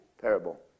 parable